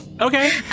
Okay